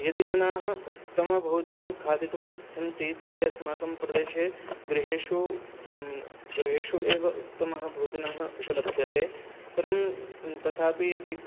यदि जनाः उत्तमभोजनं खादितुम् इच्छन्ति तर्हि अस्माकं प्रदेशे गृहेषु गृहेषु एव उत्तमं भोजनम् उपलभ्यते परं तथापि यदि